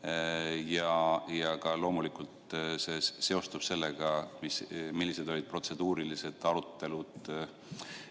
See loomulikult seostub sellega, millised olid protseduurilised arutelud eelmise